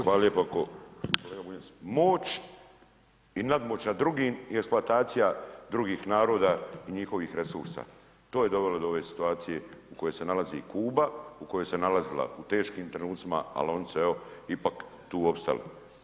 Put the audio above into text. Hvala lijepo, kolega Bunjac moć i nadmoć nad drugim i eksploatacija drugih naroda i njihovih resursa to je dovelo do ove situacije u kojoj se nalazi Kuba u kojoj se nalazila u teškim trenucima, ali oni se evo tu ipak opstali.